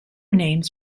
names